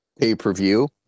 pay-per-view